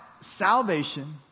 salvation